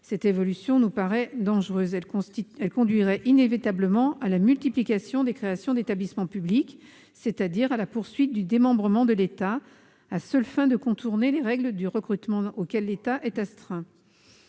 Cette évolution nous paraît dangereuse : elle conduirait inévitablement à la multiplication des créations d'établissement public, c'est-à-dire à la poursuite du démembrement de l'État, à la seule fin de contourner les règles de recrutement auxquelles l'État est astreint.